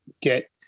get